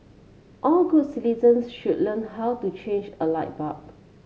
all good citizens should learn how to change a light bulb